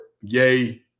Yay